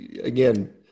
again